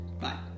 Bye